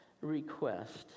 request